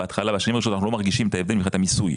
בהתחלה לא מרגישים את ההבדל מבחינת המיסוי.